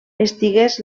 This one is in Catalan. estigués